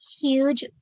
huge